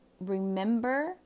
remember